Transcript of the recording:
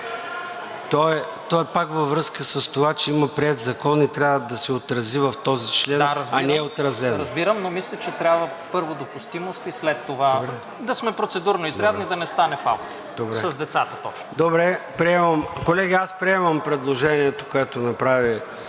То е пак във връзка с това, че има приет закон, и трябва да се отрази в този член, а не е отразено. АСЕН ВАСИЛЕВ: Да, разбирам, но мисля, че трябва, първо, допустимост и след това – да сме процедурно изрядни, да не стане фал с децата точно. ПРЕДСЕДАТЕЛ ЙОРДАН ЦОНЕВ: Добре. Колеги, аз приемам предложението, което направи